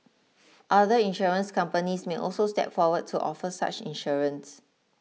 other insurance companies may also step forward to offer such insurance